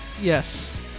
Yes